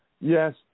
Yes